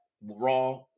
raw